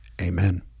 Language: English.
Amen